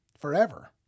forever